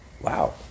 wow